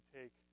take